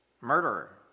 murderer